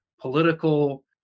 political